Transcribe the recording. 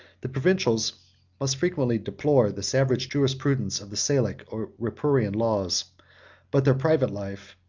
the provincials must frequently deplore the savage jurisprudence of the salic or ripuarian laws but their private life,